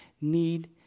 need